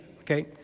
okay